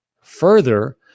Further